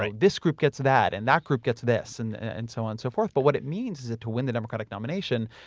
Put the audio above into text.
like this group gets that and that group gets this and and so on and so forth. but what it means is that to win the democratic nomination,